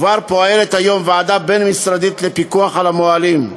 כבר פועלת היום ועדה בין-משרדית לפיקוח על המוהלים ועבודתם.